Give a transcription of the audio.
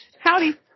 Howdy